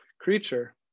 creature